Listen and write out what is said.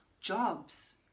jobs